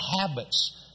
habits